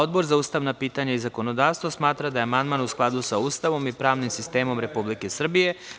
Odbor za ustavna pitanja i zakonodavstvo smatra da je amandman u skladu sa Ustavom i pravnim sistemom Republike Srbije.